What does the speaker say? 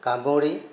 গামৰি